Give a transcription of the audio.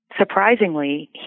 Surprisingly